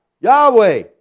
Yahweh